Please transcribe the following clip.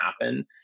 happen